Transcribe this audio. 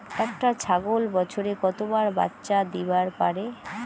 একটা ছাগল বছরে কতবার বাচ্চা দিবার পারে?